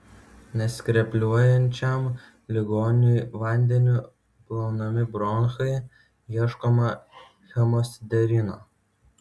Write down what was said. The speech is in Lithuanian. neskrepliuojančiam ligoniui vandeniu plaunami bronchai ieškoma hemosiderino